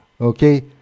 okay